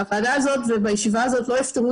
הוועדה הזאת והישיבה הזאת לא יפתרו